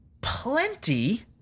plenty